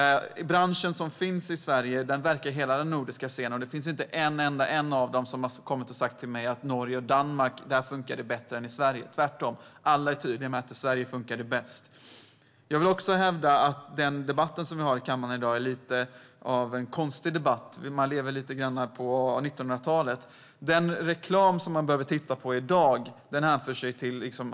Branschen i Sverige verkar på hela den nordiska scenen, och inte en enda därifrån har kommit till mig och sagt att det funkar bättre i Norge och Danmark än i Sverige. Tvärtom är alla tydliga med att i Sverige funkar det bäst. Jag vill också hävda att debatten som vi har i kammaren i dag är lite konstig. Man lever lite grann kvar i 1900-talet.